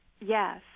Yes